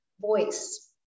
voice